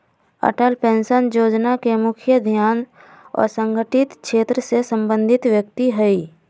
Atal pension जोजना के मुख्य ध्यान असंगठित क्षेत्र से संबंधित व्यक्ति हइ